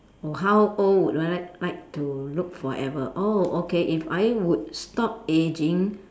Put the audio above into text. or how old would I like like to look forever oh okay if I would stop ageing